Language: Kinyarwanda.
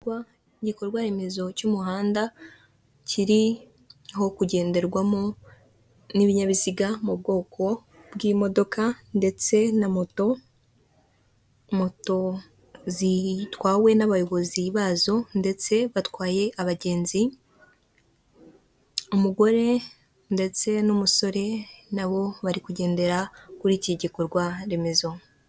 Igikorwaremezo cy'umuhanda, kiriho kugenderwamo n'ibinyabiziga mu bwoko bw'imodoka ndetse na moto, moto zitwawe n'abayobozi bazo, ndetse batwaye abagenzi, umugore ndetse n'umusore nabo bari kugendera kuri iki gikorwa remezo.